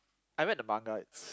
I read the manga it's